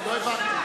להודות.